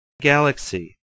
Galaxy